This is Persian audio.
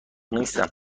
نیستم